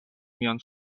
mian